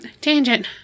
Tangent